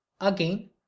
again